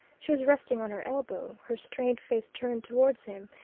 she was resting on her elbow, her strained face turned towards him,